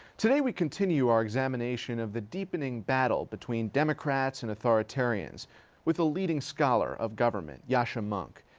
today we continue our examination of the deepening battle between democrats and authoritarians with a leading scholar of government yaschica mounk.